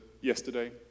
yesterday